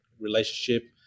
relationship